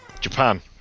Japan